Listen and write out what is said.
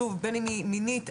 מינית,